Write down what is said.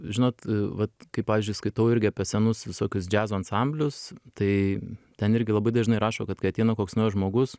žinot vat kai pavyzdžiui skaitau irgi apie senus visokius džiazo ansamblius tai ten irgi labai dažnai rašo kad kai ateina koks naujas žmogus